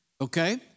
Okay